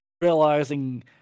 realizing